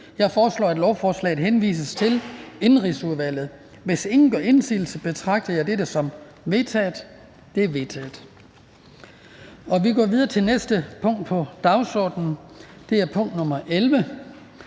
Jeg foreslår, at lovforslaget henvises til Indenrigsudvalget. Hvis ingen gør indsigelse, betragter jeg dette som vedtaget. Det er vedtaget. --- Det næste punkt på dagsordenen er: 11) 1.